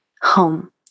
home